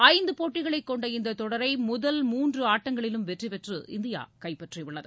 ஐந்து போட்டிகளை கொண்ட இந்த தொடரை முதல் மூன்று ஆட்டங்களிலும் வெற்றி பெற்று இந்தியா கைப்பற்றியுள்ளது